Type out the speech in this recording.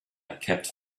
kept